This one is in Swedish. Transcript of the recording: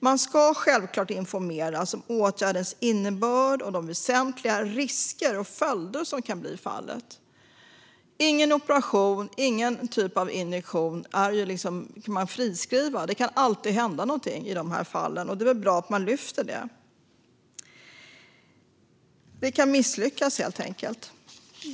Man ska självklart informeras om åtgärdens innebörd och de väsentliga risker och följder som finns. Man kan inte friskriva någon operation eller injektion; det kan alltid hända något. Det är bra att detta lyfts upp. Det hela kan ju misslyckas.